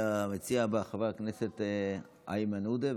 המציע הבא הוא חבר הכנסת איימן עודה,